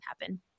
happen